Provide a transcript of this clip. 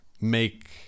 make